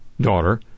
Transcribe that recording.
daughter